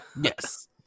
Yes